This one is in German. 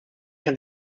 kann